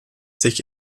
sich